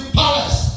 palace